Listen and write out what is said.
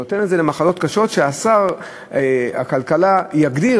הוא נותן את זה במחלות קשות ששר הכלכלה יגדיר,